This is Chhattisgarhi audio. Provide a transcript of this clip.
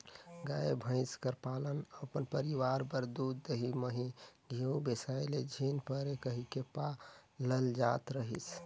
गाय, भंइस कर पालन अपन परिवार बर दूद, दही, मही, घींव बेसाए ले झिन परे कहिके पालल जात रहिस